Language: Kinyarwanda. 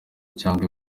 cyangwa